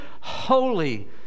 holy